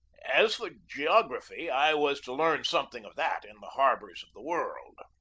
as for geography, i was to learn something of that in the harbors of the world.